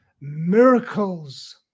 miracles